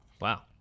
Wow